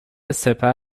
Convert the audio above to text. سپر